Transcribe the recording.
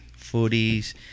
footies